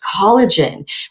collagen